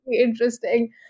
interesting